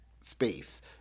space